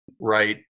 right